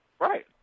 Right